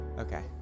Okay